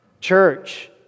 Church